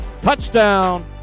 Touchdown